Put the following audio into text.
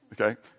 Okay